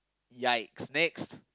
!yikes! next